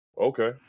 okay